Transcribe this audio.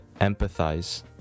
empathize